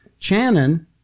Channon